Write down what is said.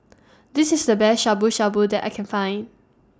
This IS The Best Shabu Shabu that I Can Find